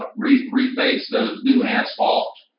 ah re-phase those new asphalt